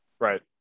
Right